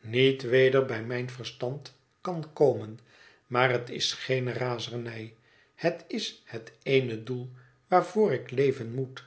niet weder bij mijn verstand kan komen maar het is geene razernij het is het ééne doel waarvoor ik leven moet